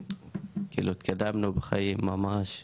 כאילו התקדמנו בחיים ממש,